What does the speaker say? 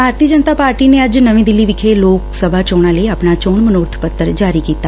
ਭਾਰਤੀ Janata Party ਨੇ ਅੱਜ ਨਵੀ ਦਿੱਲੀ ਵਿਖੇ ਲੋਕ ਸਭਾ ਚੋਣਾ ਲਈ ਆਪਣਾ ਚੋਣ ਮਨੋਰਬ ਪੱਤਰ ਜਾਰੀ ਕੀਤਾ